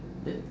then